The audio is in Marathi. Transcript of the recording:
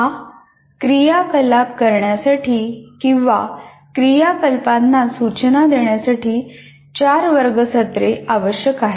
हा क्रियाकलाप करण्यासाठी किंवा या क्रियाकलापांना सूचना देण्यासाठी चार वर्ग सत्रे आवश्यक आहेत